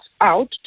out